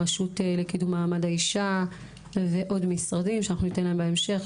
הרשות לקידום מעמד האישה ועוד משרדים שאנחנו ניתן להם בהמשך.